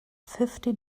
fifty